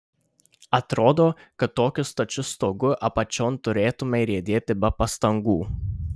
atrodo kad tokiu stačiu stogu apačion turėtumei riedėti be pastangų